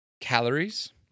calories